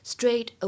Straight